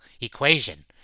equation